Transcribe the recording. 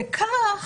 וכך,